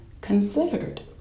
considered